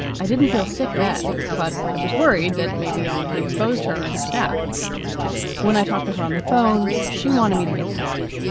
i didn't feel sick then, but i was worried that maybe i'd exposed her and her staff when i talked to her on the phone. she wanted me to get tested,